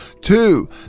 Two